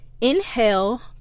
Inhale